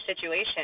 situation